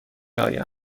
آیم